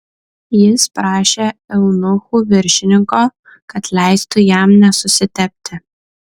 jis prašė eunuchų viršininko kad leistų jam nesusitepti